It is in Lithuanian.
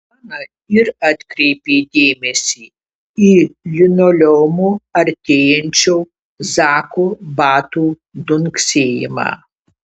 ana ir atkreipė dėmesį į linoleumu artėjančio zako batų dunksėjimą